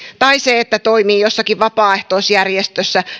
tai se että toimii jossakin vapaaehtoisjärjestössä